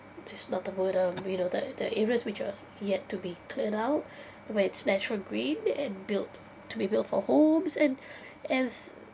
it's not the we know that that areas which are yet to be cleared out where it's natural green and built to be built for homes and as